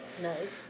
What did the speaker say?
Nice